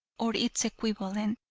or its equivalent,